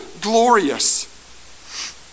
glorious